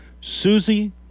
Susie